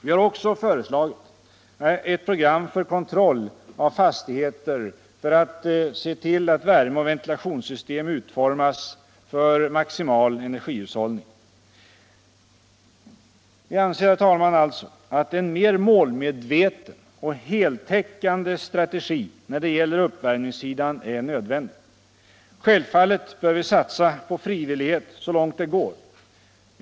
Vi har också föreslagit ett program för kontroll av fastigheter för att se till att värmeoch ven tilationssystem utformas för maximal hushållning. Vi anser alltså, herr talman, att en mer målmedveten och heltäckande strategi när det gäller uppvärmningssidan är nödvändig. Självfallet bör vi satsa på frivillighet så långt det går.